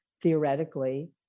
theoretically